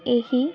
ଏହି